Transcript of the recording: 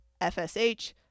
FSH